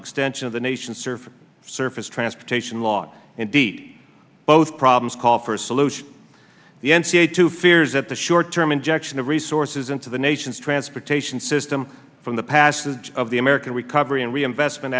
extension of the nation's surface to surface transportation law indeed both problems call for a solution the n c a to fears that the short term injection of resources into the nation's transportation system from the passage of the american recovery and reinvestment